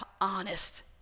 honest